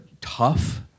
tough